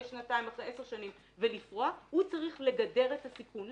שנתיים או 10 שנים ולפרוע הוא צריך לגדר את הסיכון,